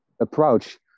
approach